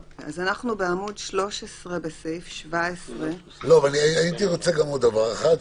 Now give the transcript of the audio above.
אנחנו בעמוד 13 בסעיף 17. אני רוצה עוד דבר אחד.